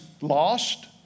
lost